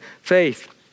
faith